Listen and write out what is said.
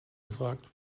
gefragt